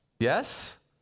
Yes